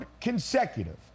consecutive